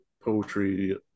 poetry